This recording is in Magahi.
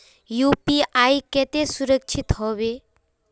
यु.पी.आई केते सुरक्षित होबे है?